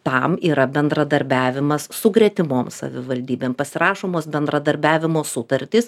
tam yra bendradarbiavimas su gretimom savivaldybėm pasirašomos bendradarbiavimo sutartys